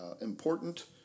important